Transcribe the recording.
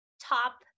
top